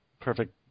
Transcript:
perfect